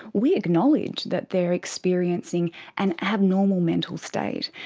we acknowledge that they are experiencing an abnormal mental state,